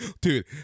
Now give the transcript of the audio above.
Dude